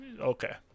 Okay